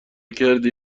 کردی